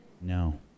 No